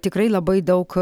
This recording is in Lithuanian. tikrai labai daug